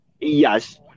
Yes